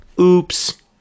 oops